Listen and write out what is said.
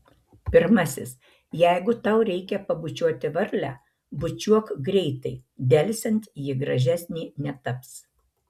pirmasis jeigu tau reikia pabučiuoti varlę bučiuok greitai delsiant ji gražesnė netaps